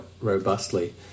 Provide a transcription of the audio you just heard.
robustly